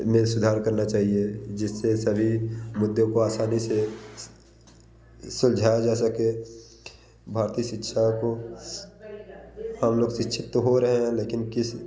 इन में सुधार करना चाहिए जिससे सभी मुद्दों को आसानी से सुलझाया जा सके भारतीय शिक्षा को हम लोग शिक्षित तो हो रहे हैं लेकिन किस